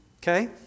okay